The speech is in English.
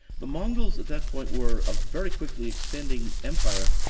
the mongols at that point were a very quickly expanding empire,